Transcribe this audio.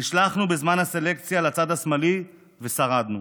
נשלחנו בזמן הסלקציה לצד השמאלי ושרדנו.